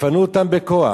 יפנו אותם בכוח.